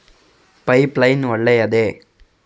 Pipe line ಒಳ್ಳೆಯದೇ?